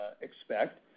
expect